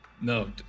No